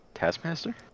Taskmaster